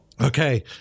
Okay